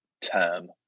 term